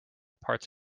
parts